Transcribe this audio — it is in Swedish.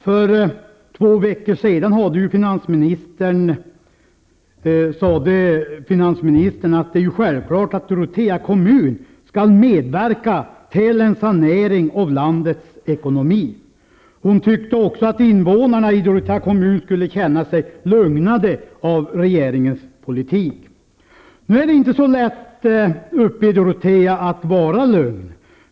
För två veckor sedan sade finansministern att det är självklart att Dorotea kommun skall medverka till en sanering av landets ekonomi. Hon tyckte också att invånarna i Dorotea kommun skulle känna sig lugnade av regeringens politik. Nu är det inte så lätt uppe i Dorotea att vara lugn.